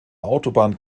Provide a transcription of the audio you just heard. autobahn